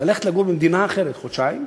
ללכת לגור במדינה אחרת חודשיים,